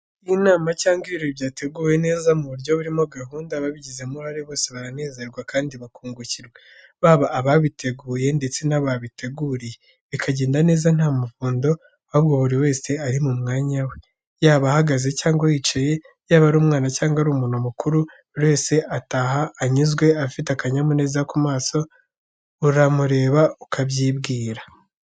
Iyo inama cyangwa ibirori byateguwe neza mu buryo burimo gahunda, ababigizemo uruhare bose baranezerwa kandi bakungukirwa, baba ababiteguye ndetse n'abo babiteguriye, bikagenda neza nta muvundo ahubwo buri wese ari mu mwanya we, yaba ahagaze cyangwa yicaye, yaba ari umwana cyangwa umuntu mukuru, buri wese ataha anyuzwe, afite akanyamuneza ku maso, uramureba ukabyibwira.